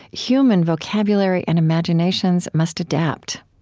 human vocabulary and imaginations must adapt